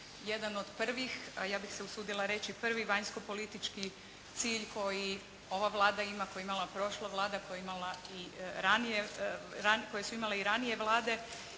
jedan od prvih ja bih se usudila reći, prvi vanjsko-politički cilj koji ova Vlada ima, koji je imala prošla Vlada koje su imale i ranije Vlade